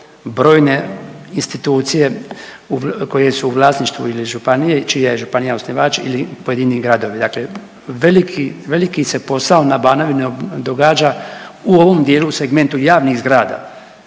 brojne institucije koje su u vlasništvu ili županije i čija je županija osnivač ili pojedini gradovi, dakle veliki se posao na Banovini događa u ovom dijelu u segmentu javnih zgrada.